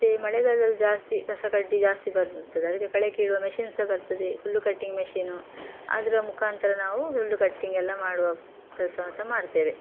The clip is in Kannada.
ಮತ್ತು ಮಳೆಗಾಲಲ್ಲಿ ಜಾಸ್ತಿ ಕಸ ಕಡ್ಡಿ ಜಾಸ್ತಿ ಬರ್ತದೆ ಅದಕ್ಕೆ ಕಳೆ ಕೀಳುವ ಮಷೀನ್ ಸಹ ಬರ್ತದೆ ಹುಲ್ಲು ಕಟ್ಟಿಂಗ್ ಮಷೀನು ಅದರ ಮುಖಾಂತರ ನಾವು ಹುಲ್ಲು ಕಟ್ಟಿಂಗ್ ಎಲ್ಲ ಮಾಡುವ ಕೆಲ್ಸವು ಸಹ ಮಾಡ್ತೇವೆ